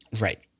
Right